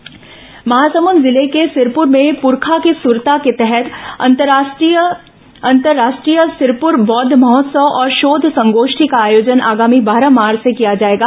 सिरपुर पाली महोत्सव महासमुद जिले के सिरपुर में पुरखा के सुरता के तहत अंतर्राष्ट्रीय सिरपुर बौद्ध महोत्सव और शोध संगोष्ठी का आयोजन आगामी बारह मार्च र्से किया जाएगा